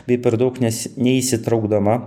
bei per daug nes neįsitraukdama